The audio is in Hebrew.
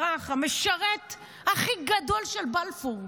ברח, המשרת הכי גדול של בלפור.